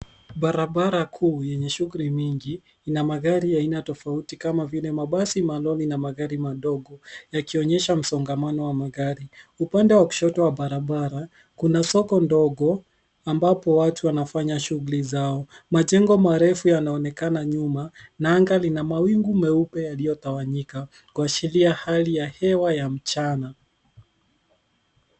Barabara kuu yenye shughuli nyingi ina magari aina tofauti kama vile mabasi, malori na magari mengine yakionyesha msongamano wa magari. Upande wa kushoto wa barabara, kuna soko ndogo ambapo watu wanafanya shughuli zao. Majengo marefu yanaonekana nyuma, na anga lina mawingu meupe yaliyotawanyika kuashiria hali ya hewa ya mchana.